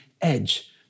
edge